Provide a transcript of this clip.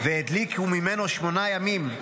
והדליקו ממנו שמונה ימים".